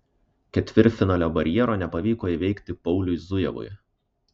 ketvirtfinalio barjero nepavyko įveikti pauliui zujevui